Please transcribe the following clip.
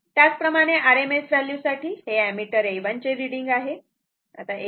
त्याचप्रमाणे RMS value साठी हे एमीटर A1 चे रिडींग आहे